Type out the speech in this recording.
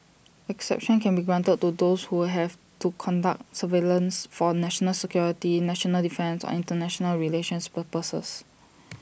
exceptions can be granted to those who have to conduct surveillance for national security national defence and International relations purposes